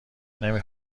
نمی